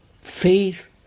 faith